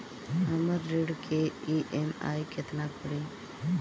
हमर ऋण के ई.एम.आई केतना पड़ी?